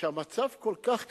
כשהמצב כל כך קשה,